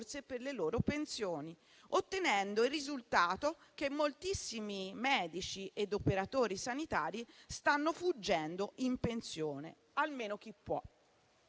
per le loro pensioni, ottenendo il risultato che moltissimi medici e operatori sanitari stanno fuggendo in pensione, almeno chi può.